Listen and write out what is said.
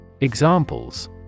Examples